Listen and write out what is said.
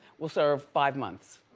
will serve five months.